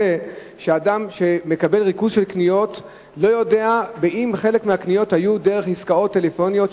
אדם מקבל ריכוז של קניות ולא יודע אם חלק מהקניות היו בעסקאות טלפוניות,